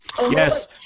Yes